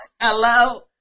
hello